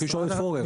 צריך לשאול את פורר.